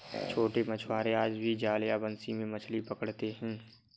छोटे मछुआरे आज भी जाल या बंसी से मछली पकड़ते हैं